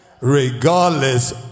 Regardless